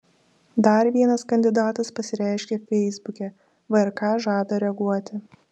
dar vienas kandidatas pasireiškė feisbuke vrk žada reaguoti